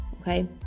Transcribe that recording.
okay